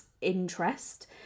interest